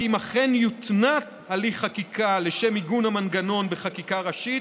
כי אם אכן יותנע הליך חקיקה לשם עיגון המנגנון בחקיקה ראשית,